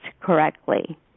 correctly